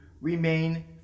remain